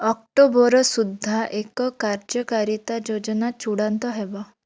October ସୁଦ୍ଧା ଏକ କାର୍ଯ୍ୟକାରିତା ଯୋଜନା ଚୂଡ଼ାନ୍ତ ହେବ